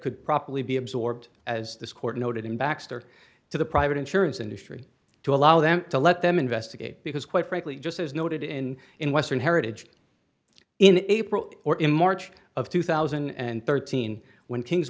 could properly be absorbed as this court noted in baxter to the private insurance industry to allow them to let them investigate because quite frankly just as noted in in western heritage in april or in march of two thousand and thirteen when things